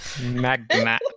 Magma